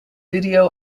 video